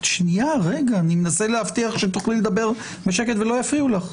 אני מנסה להבטיח שתוכלי לדבר בשקט ולא יפריעו לך.